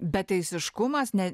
beteisiškumas ne